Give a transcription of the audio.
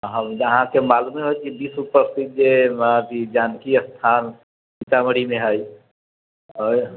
जहाँके मालुमे होइत की विश्व प्रसिद्ध जे जानकी स्थान सीतामढ़ी मे है